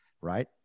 Right